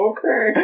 Okay